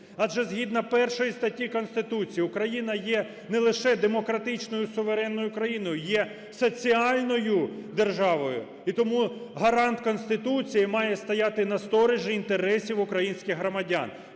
адже згідно 1 статті Конституції Україна є не лише демократичною суверенною країною, є соціальною державою, і тому гарант Конституції має стояти на сторожі інтересів українських громадян.